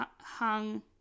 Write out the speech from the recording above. hung